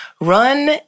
run